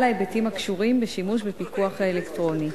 ההיבטים הקשורים בשימוש בפיקוח האלקטרוני.